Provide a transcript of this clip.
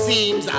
Seems